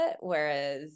Whereas